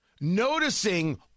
Noticing